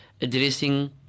addressing